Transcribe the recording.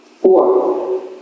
Four